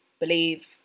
believe